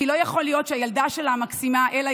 כי לא יכול להיות שהילדה שלה המקסימה, אלה